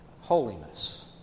holiness